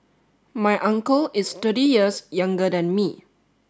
my uncle is thirty years younger than me